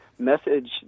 Message